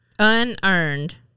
Unearned